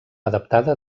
adaptada